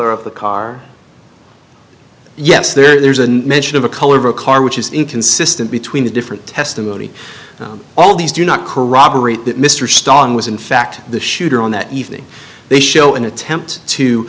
ler of the car yes there's a mention of a color of a car which is inconsistent between the different testimony all these do not corroborate that mr stalin was in fact the shooter on that evening they show an attempt to